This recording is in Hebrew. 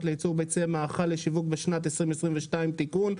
לייצור ביצי מאכל לשיווק בשנת 2022) (תיקון),